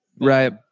right